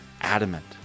adamant